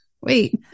Wait